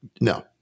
no